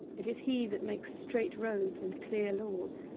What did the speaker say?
it is he that makes straight roads and clear laws,